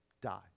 die